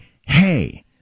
hey